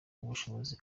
ubushobozi